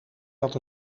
dat